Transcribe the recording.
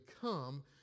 come